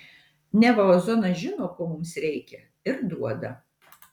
neva ozonas žino ko mums reikia ir duoda